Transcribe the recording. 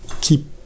keep